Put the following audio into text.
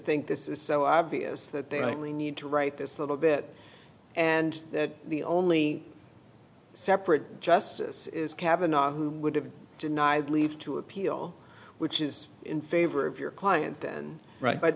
think this is so obvious that they only need to write this little bit and that the only separate justice is kavanagh who would have denied leave to appeal which is in favor of your client then right but